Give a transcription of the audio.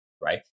right